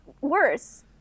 Worse